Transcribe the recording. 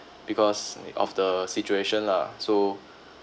because of the situation lah so